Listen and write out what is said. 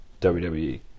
WWE